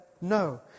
no